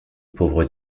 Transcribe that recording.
pauvres